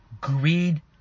greed